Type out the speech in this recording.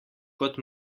kot